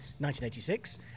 1986